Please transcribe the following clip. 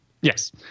Yes